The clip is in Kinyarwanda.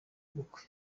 ubukwe